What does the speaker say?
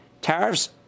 Tariffs